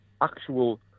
actual